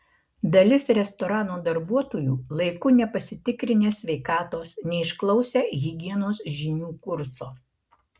dalis restorano darbuotojų laiku nepasitikrinę sveikatos neišklausę higienos žinių kurso